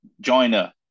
joiner